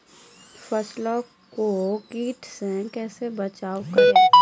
फसलों को कीट से कैसे बचाव करें?